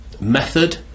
method